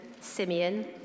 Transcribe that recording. Simeon